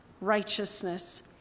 righteousness